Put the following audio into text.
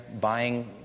buying